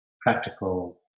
practical